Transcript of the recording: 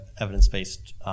evidence-based